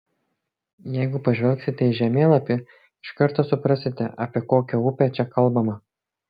jeigu pažvelgsite į žemėlapį iš karto suprasite apie kokią upę čia kalbama